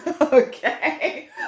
Okay